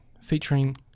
featuring